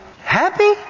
Happy